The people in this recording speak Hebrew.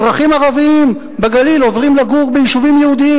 אז אזרחים ערבים בגליל עוברים לגור ביישובים יהודיים,